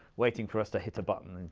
waiting for us to hit a button.